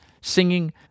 singing